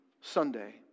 Sunday